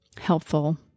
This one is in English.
helpful